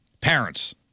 parents